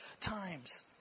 times